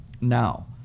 Now